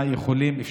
מה הם יכולים לעשות.